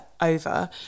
over